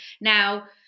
now